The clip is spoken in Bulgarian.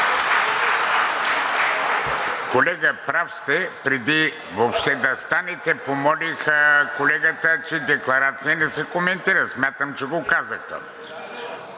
Колега, прав сте! Преди въобще да станете, помолих колегата, че декларация не се коментира, смятам, че го казах